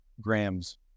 grams